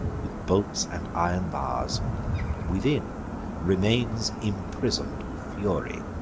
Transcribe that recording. with bolts and iron bars within remains imprison'd fury,